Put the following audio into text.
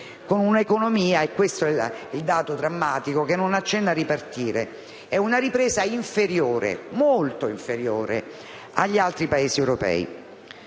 con un'economia ‑ e questo è il dato drammatico ‑ che non accenna a ripartire. Si ha una ripresa inferiore, molto inferiore a quella degli altri Paesi europei.